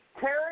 Terry